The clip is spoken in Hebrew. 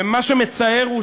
ומה שמצער הוא